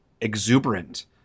exuberant